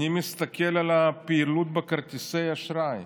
אני מסתכל על הפעילות בכרטיסי אשראי,